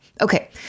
Okay